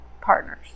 partners